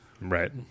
Right